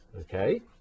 Okay